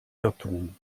irrtum